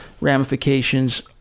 ramifications